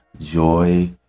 joy